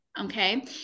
Okay